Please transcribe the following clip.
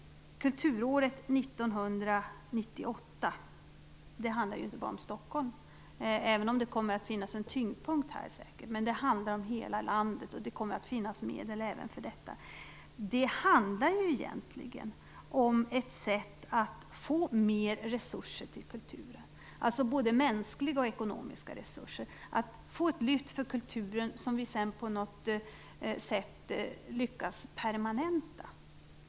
Kulturhuvudstadsåret 1998 handlar inte bara om Stockholm, även om det säkert kommer att finnas en tyngdpunkt här. Det handlar om hela landet, och det kommer att finnas medel även för detta. Det handlar egentligen om ett sätt att få mer resurser till kulturen, både mänskliga och ekonomiska resurser, och ett lyft för kulturen som vi sedan på något sätt lyckas permanenta.